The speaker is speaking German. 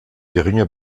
geringer